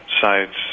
sites